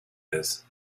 this